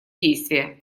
действия